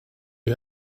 you